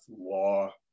law